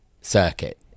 circuit